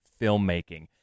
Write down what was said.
filmmaking